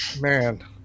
man